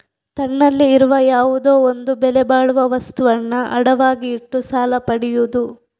ತನ್ನಲ್ಲಿ ಇರುವ ಯಾವುದೋ ಒಂದು ಬೆಲೆ ಬಾಳುವ ವಸ್ತುವನ್ನ ಅಡವಾಗಿ ಇಟ್ಟು ಸಾಲ ಪಡಿಯುದು